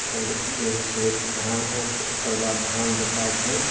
आओर जे हइ से धान ओकर बाद धान रोपाइ छै